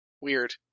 weird